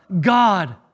God